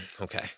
Okay